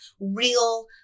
real